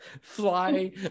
fly